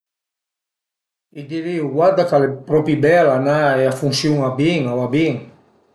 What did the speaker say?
I dirìu guarda ch'al e propi bela e a funsiun-a bin, a va bin